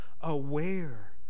aware